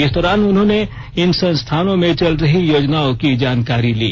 इस दौरान उन्होंने इन संस्थानों में चल रही योजनाओं की जानकारी ली